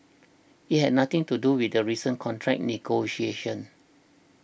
it had nothing to do with the recent contract negotiations